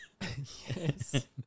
Yes